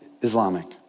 Islamic